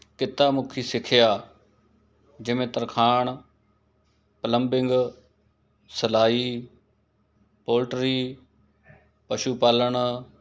ਕਿੱਤਾ ਮੁਖੀ ਸਿੱਖਿਆ ਜਿਵੇਂ ਤਰਖਾਣ ਪਲੰਬਿੰਗ ਸਲਾਈ ਪੋਲਟਰੀ ਪਸ਼ੂ ਪਾਲਣ